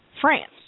France